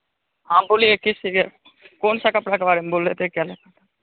हाँ बोलिए किस चीज का कौन सा कपड़ा के बारे मे बोल रहे थे क्या लेना था